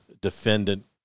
defendant